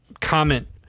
comment